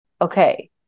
okay